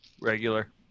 Regular